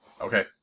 Okay